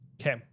Okay